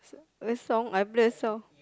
which song I play so